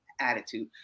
attitude